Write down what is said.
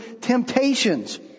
temptations